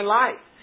life